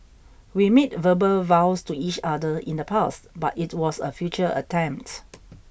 we made verbal vows to each other in the past but it was a future attempt